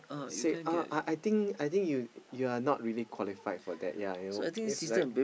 say uh I I think I think you you are not really qualified for that yea you know is like